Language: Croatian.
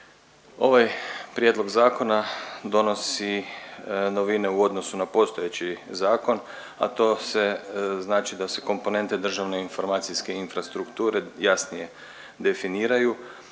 Ovaj prijedlog zakona donosi novine u odnosu na postojeći zakon, a to se znači da se komponente državne informacijske infrastrukture jasnije definiraju,